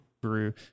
brew